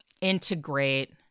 integrate